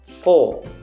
four